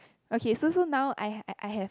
okay so so now I I have